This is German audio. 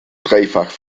dreifach